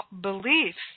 beliefs